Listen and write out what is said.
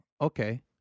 okay